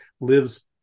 lives